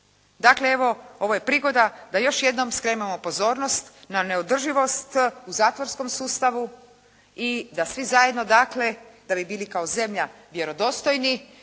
Dakle, evo ovo je prigoda da još jednom skrenemo pozornost na neodrživost u zatvorskom sustavu i da svi zajedno dakle da bi bili kao zemlja vjerodostojnih,